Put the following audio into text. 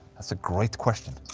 that's a great question.